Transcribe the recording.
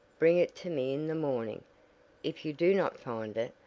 bring it to me in the morning if you do not find it,